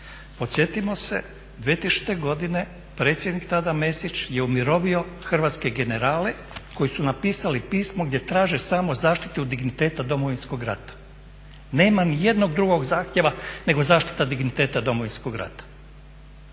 Podsjetimo se 2000. godine predsjednik tada Mesić je umirovio hrvatske generale koji su napisali pismo gdje traže samo zaštitu digniteta Domovinskog rata. Nema niti jednog drugog zahtjeva nego zaštita digniteta Domovinskog rata.